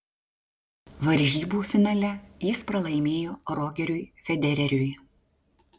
varžybų finale jis pralaimėjo rogeriui federeriui